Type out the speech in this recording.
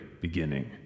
beginning